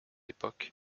époque